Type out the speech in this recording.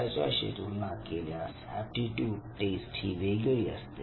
त्याच्याशी तुलना केल्यास एप्टीट्यूड टेस्ट ही वेगळी असते